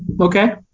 Okay